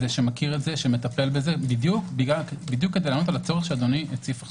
שמכיר את זה, כדי לענות על הצורך שאדוני הציף.